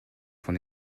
von